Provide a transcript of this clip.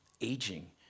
Aging